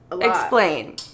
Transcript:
Explain